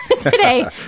today